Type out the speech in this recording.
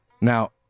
Now